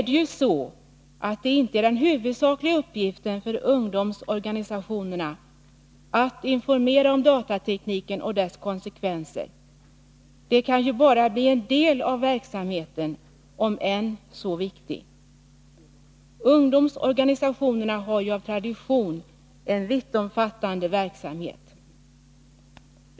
Det är inte den huvudsakliga uppgiften för ungdomsorganisationerna att informera om datatekniken och dess konsekvenser. Det kan endast bli en del av verksamheten, om än så viktig. Ungdomsorganisationerna har ju av tradition en vittomfattande verksamhet.